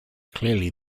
clearly